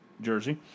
jersey